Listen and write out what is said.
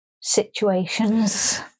situations